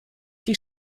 die